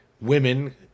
women